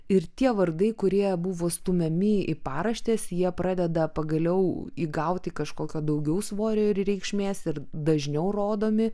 ir tie vardai kurie buvo stumiami į paraštes jie pradeda pagaliau įgauti kažkokio daugiau svorio ir reikšmės ir dažniau rodomi